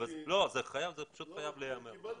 וזה חייב להיאמר.